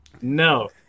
no